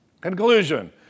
Conclusion